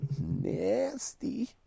Nasty